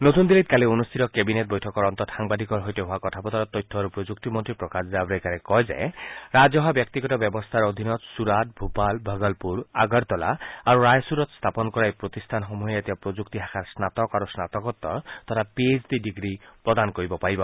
নতুন দিল্লীত কালি অনুষ্ঠিত কেবিনেট বৈঠকৰ অন্তত সাংবাদিকৰ সৈতে হোৱা কথা বতৰাত তথ্য আৰু প্ৰযুক্তি মন্ত্ৰী প্ৰকাশ জাৱৰেকাৰে কয় যে ৰাজহুৱা ব্যক্তিগত ব্যৱস্থাৰ অধীনত চুৰাট ভূপাল ভগলপুৰ আগৰতলা আৰু ৰায়চূড়ত স্থাপন কৰা এই প্ৰতিষ্ঠানসমূহে এতিয়া প্ৰযুক্তি শাখাৰ স্নাতক আৰু স্নাতকোত্তৰ তথা পি এইচ ডি ডিগ্ৰী প্ৰদান কৰিব পাৰিব